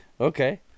Okay